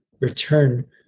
return